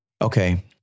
Okay